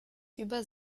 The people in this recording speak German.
über